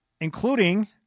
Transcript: Including